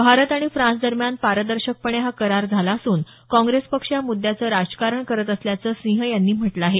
भारत आणि फ्रान्सदरम्यान पारदर्शकपणे हा करार झाला असून काँग्रेस पक्ष या मुद्याचं राजकारण करत असल्याचं सिंह यांनी म्हटलं आहे